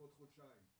בעוד חודשיים.